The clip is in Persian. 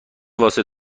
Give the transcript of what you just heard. واسه